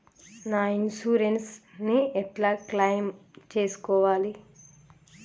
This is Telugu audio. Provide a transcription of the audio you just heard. నా ఇన్సూరెన్స్ ని ఎట్ల క్లెయిమ్ చేస్కోవాలి?